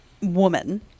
woman